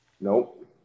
Nope